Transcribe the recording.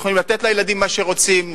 יכולים לתת לילדים מה שרוצים,